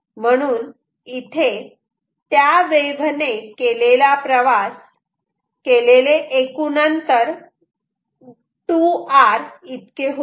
म्हणून इथे त्या वेव्ह ने प्रवास केलेले एकूण अंतर 2r इतके होते